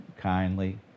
kindly